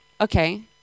okay